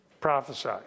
prophesy